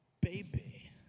baby